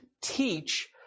teach